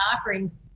offerings